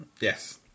Yes